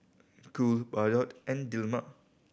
Cool Bardot and Dilmah